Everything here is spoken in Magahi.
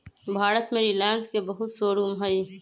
भारत में रिलाएंस के बहुते शोरूम हई